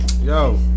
yo